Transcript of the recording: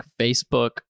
Facebook